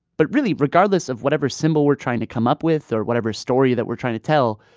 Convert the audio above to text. but really, regardless of whatever symbol we're trying to come up with or whatever story that we're trying to tell,